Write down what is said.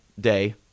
day